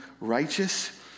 righteous